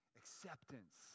acceptance